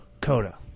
Coda